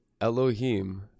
Elohim